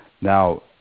now